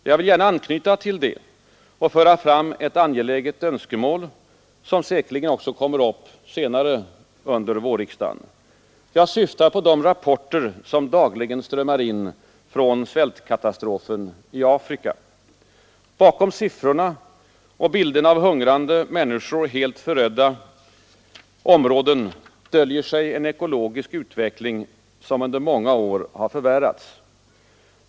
Jag vill gärna anknyta till det och föra fram ett angeläget önskemål, som säkerligen också kommer upp senare under vårriksdagen. Jag syftar på de rapporter som dagligen strömmar in från svältkatastrofen i Afrika. Bakom siffrorna och bilderna av hungrande människor och helt förödda områden döljer sig en ekologisk utveckling, som under många år har förvärrats.